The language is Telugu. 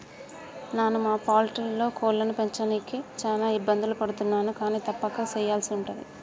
నాను మా పౌల్ట్రీలో కోళ్లను పెంచడానికి చాన ఇబ్బందులు పడుతున్నాను కానీ తప్పక సెయ్యల్సి ఉంటది